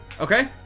Okay